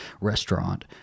restaurant